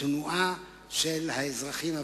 תנועה של האזרחים הוותיקים.